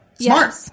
Smart